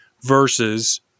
versus